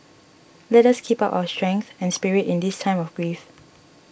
let us keep up our strength and spirit in this time of grief